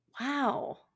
Wow